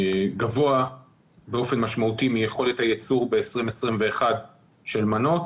זה גבוה באופן משמעותי מיכולת הייצור ב-2021 של מנות.